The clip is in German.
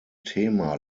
thema